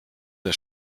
der